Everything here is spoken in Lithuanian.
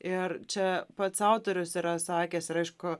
ir čia pats autorius yra sakęs ir aišku